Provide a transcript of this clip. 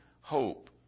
hope